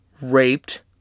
raped